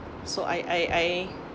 so I I I